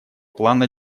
плана